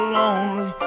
lonely